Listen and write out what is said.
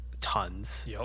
tons